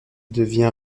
devient